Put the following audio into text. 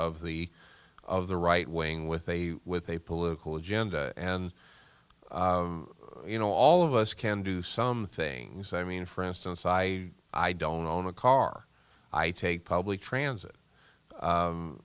of the of the right wing with a with a political agenda and you know all of us can do some things i mean for instance i i don't own a car i take public transit